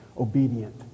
obedient